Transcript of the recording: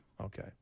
Okay